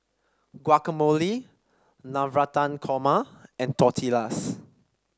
Guacamole Navratan Korma and Tortillas